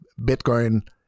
Bitcoin